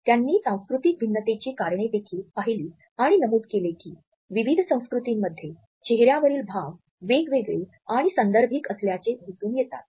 त्यांनी सांस्कृतिक भिन्नतेची कारणे देखील पाहिली आणि नमूद केले की विविध संस्कृतींमध्ये चेहर्यावरील भाव वेगवेगळे आणि संदर्भिक असल्याचे दिसून येतात